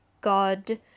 God